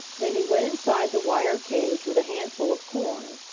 then he went inside the wire cage with a handful of corn.